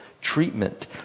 treatment